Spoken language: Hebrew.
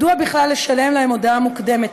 מדוע בכלל לשלם להם הודעה מוקדמת?